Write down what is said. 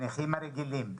הנכים הרגילים.